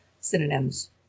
synonyms